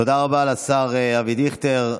תודה רבה לשר אבי דיכטר.